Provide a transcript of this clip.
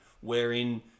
wherein